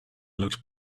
looked